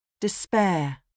Despair